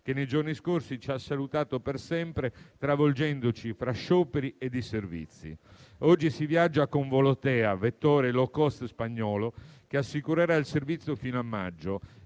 che nei giorni scorsi ci ha salutato per sempre, travolgendoci fra scioperi e disservizi. Oggi si viaggia con Volotea, vettore *low cost* spagnolo, che assicurerà il servizio fino a maggio